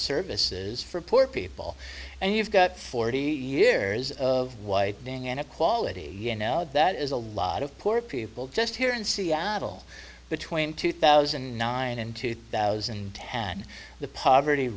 services for poor people and you've got forty years of whitening inequality now that is a lot of poor people just here in seattle between two thousand and nine and two thousand and ten the poverty